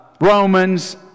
Romans